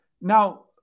Now